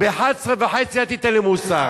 חבר הכנסת נסים זאב, בשעה 23:30 אל תיתן לי מוסר.